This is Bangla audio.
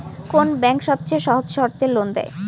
কোন ব্যাংক সবচেয়ে সহজ শর্তে লোন দেয়?